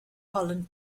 holland